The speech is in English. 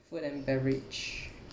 food and beverage